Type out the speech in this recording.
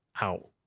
out